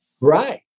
Right